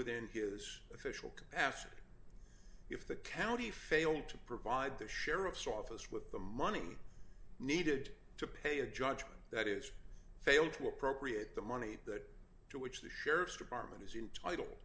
within his official capacity if the county failed to provide the sheriff's office with the money needed to pay a judgment that is failed to appropriate the money that to which the sheriff's department is in title